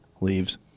leaves